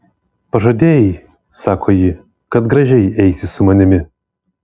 pažadėjai sako ji kad gražiai eisi su manimi